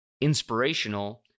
inspirational